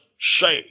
say